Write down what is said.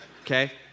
Okay